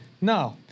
No